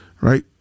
Right